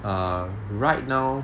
err right now